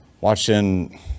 watching